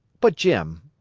but, jim,